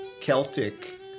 Celtic